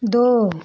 दो